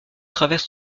traverse